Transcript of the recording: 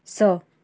स